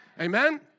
Amen